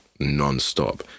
nonstop